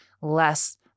less